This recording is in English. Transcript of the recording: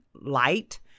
Light